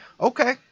okay